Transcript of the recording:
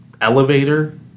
elevator